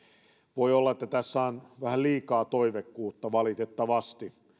voi olla että tässä on vähän liikaa toiveikkuutta valitettavasti